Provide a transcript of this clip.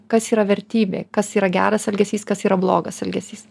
kas yra vertybė kas yra geras elgesys kas yra blogas elgesys